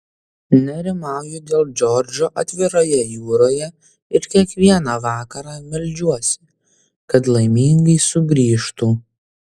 nerimauju dėl džordžo atviroje jūroje ir kiekvieną vakarą meldžiuosi kad laimingai sugrįžtų